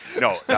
no